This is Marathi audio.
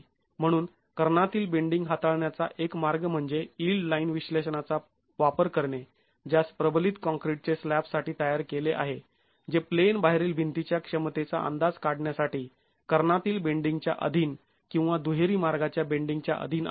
म्हणून कर्णातील बेंडींग हाताळण्याचा एक मार्ग म्हणजे यिल्ड लाईन विश्लेषणाचा वापर करणे जास प्रबलित काँक्रीटचे स्लॅब साठी तयार केले आहे जे प्लेन बाहेरील भिंतीच्या क्षमतेचा अंदाज काढण्यासाठी कर्णातील बेंडींगच्या अधीन किंवा दुहेरी मार्गाच्या बेंडींगच्या अधीन आहेत